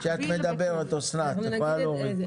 כשאת מדברת, את יכולה להוריד את המסכה.